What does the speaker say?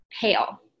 pale